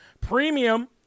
Premium